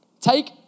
Take